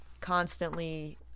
constantly